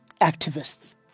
activists